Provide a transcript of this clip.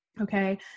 Okay